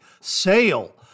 Sale